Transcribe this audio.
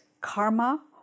karma